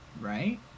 right